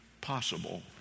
possible